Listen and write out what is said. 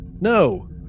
No